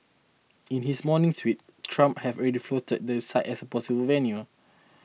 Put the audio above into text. in his morning tweet Trump had already floated the site as a possible venue